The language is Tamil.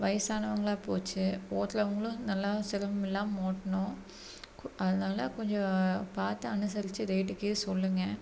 வயசானவங்களா போச்சு ஓட்டறவங்களும் நல்லா சிரமமில்லாம ஓட்டணும் கு அதனால கொஞ்சம் பார்த்து அனுசரிச்சு ரேட்டுக்கே சொல்லுங்க